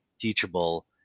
teachable